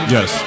Yes